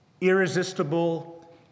irresistible